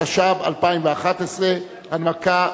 התשע"ב 2011. הנמקה,